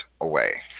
away